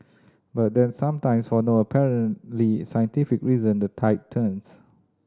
but then sometimes for no apparently scientific reason the tide turns